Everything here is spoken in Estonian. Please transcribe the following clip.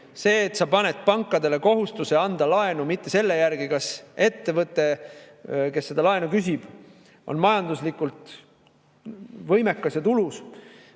See, et sa paned pankadele kohustuse anda laenu mitte selle järgi, kas ettevõte, kes seda laenu küsib, on majanduslikult võimekas ja tulus,